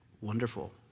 Wonderful